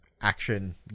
action